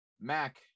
Mac